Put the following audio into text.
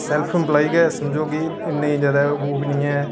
self employment गै कि इन्नै ज्यादा ओह् बी नेईं ऐ